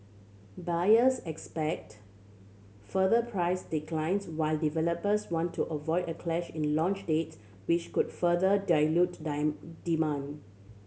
buyers expect further price declines while developers want to avoid a clash in launch date which could further dilute demand